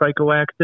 psychoactive